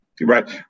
Right